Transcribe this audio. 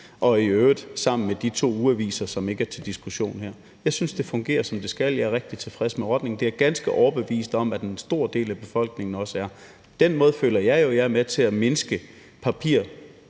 og i øvrigt sammen med de to ugeaviser, som ikke er til diskussion her. Jeg synes, det fungerer, som det skal, og jeg er rigtig tilfreds med ordningen. Og det er jeg ganske overbevist om at en stor del af befolkningen også er. På den måde føler jeg jo at jeg er med til at mindske